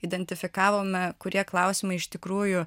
identifikavome kurie klausimai iš tikrųjų